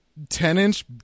10-inch